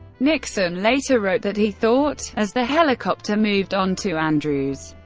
nixon later wrote that he thought, as the helicopter moved on to andrews,